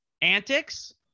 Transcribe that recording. antics